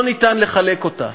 לא ניתן לחלק אותה.